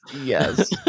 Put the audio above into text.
yes